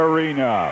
Arena